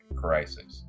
crisis